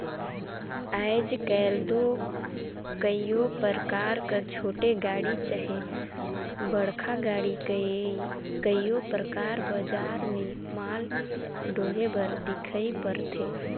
आएज काएल दो कइयो परकार कर छोटे गाड़ी चहे बड़खा गाड़ी कइयो परकार बजार में माल डोहे बर दिखई परथे